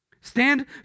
stand